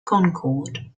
concord